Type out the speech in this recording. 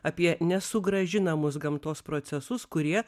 apie nesugrąžinamus gamtos procesus kurie